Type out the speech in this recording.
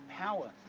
power